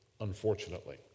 unfortunately